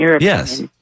Yes